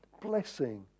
blessing